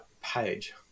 page